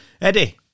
Eddie